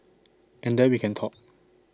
and then we can talk